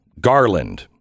Garland